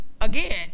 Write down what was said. again